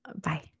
bye